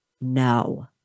no